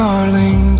Darling